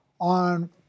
on